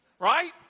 Right